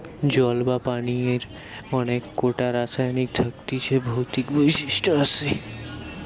জল বা পানির অনেক কোটা রাসায়নিক থাকতিছে ভৌতিক বৈশিষ্ট আসে